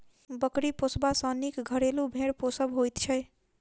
बकरी पोसबा सॅ नीक घरेलू भेंड़ पोसब होइत छै